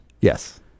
Yes